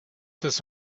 this